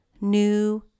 new